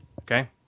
Okay